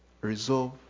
Resolve